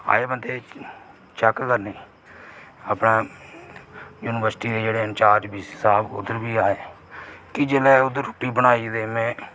आए बंदे चेक करने गी अपना यूनिबर्सट्री दे जेहड़े इन्चार्ज बीसी साहब उस दिन बी आए कि जेल्लै उद्धर रुट्टी बनाई ते में